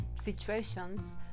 situations